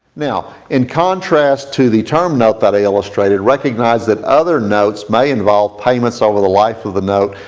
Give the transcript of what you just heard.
now, in contrast to the term note that i illustrated, recognize that other notes may involve payments over the life of the note,